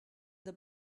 the